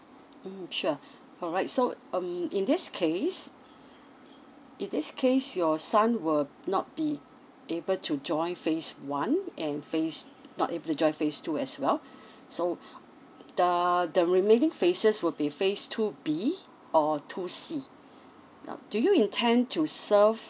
mm sure alright so um in this case in this case your son will not be able to join phase one and phase not able to join phase two as well so the the remaining phases will be phase two B or two C now do you intend to serve